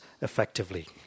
effectively